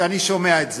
יואב, תרשה